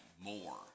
more